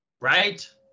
Right